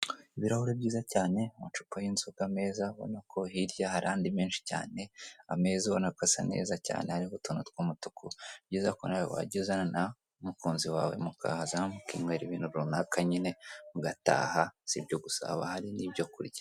Ibirahure byiza cyane amacupa y'inzoga meza ubona ko hirya hari andi menshi cyane ameza ubona ko asa neza cyane hariho utuntu tw'umutuku ni byiza ko nawe wajya uzana n'umukunzi mukahaza mukinywera ibintu runaka wawe nyine mugataha sibyo gusa haba hari n'ibyo kurya.